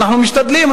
אנחנו משתדלים,